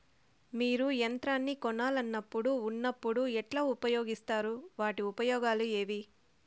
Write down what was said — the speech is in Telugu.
మీరు యంత్రాన్ని కొనాలన్నప్పుడు ఉన్నప్పుడు ఎట్లా ఉపయోగిస్తారు వాటి ఉపయోగాలు ఏవి?